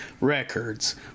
records